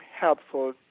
helpful